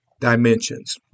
dimensions